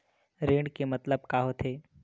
ऋण के मतलब का होथे?